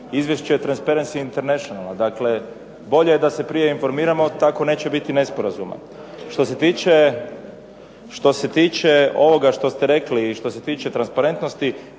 Izvješće je Transperency Internationala, dakle bolje je da se prije informiramo tako neće biti nesporazuma. Što se tiče onoga što ste rekli i što se tiče transparentnosti